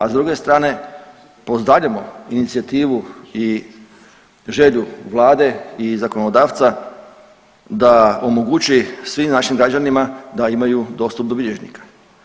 A s druge strane, pozdravljamo inicijativu i želju Vlade i zakonodavca da omogući svim našim građanima da imaju dostupnog bilježnika.